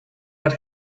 but